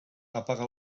apaga